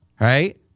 right